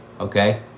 Okay